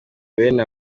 bene